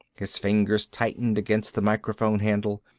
his fingers tightened against the microphone handle.